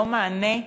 ללא מענה,